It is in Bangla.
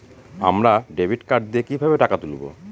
আমরা ডেবিট কার্ড দিয়ে কিভাবে টাকা তুলবো?